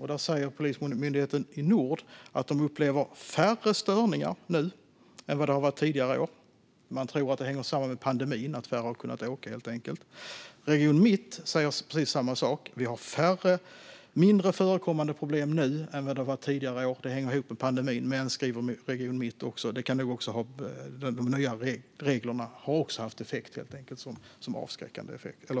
I polisregion Nord säger man att man upplever färre störningar nu än tidigare år. Man tror att detta hänger samman med pandemin - att färre har kunnat åka, helt enkelt. Polisregion Mitt säger precis samma sak: Problemen är mindre förekommande nu än tidigare år. Det hänger ihop med pandemin, men, skriver polisregion Mitt också, de nya reglerna har också haft avskräckande effekt. Det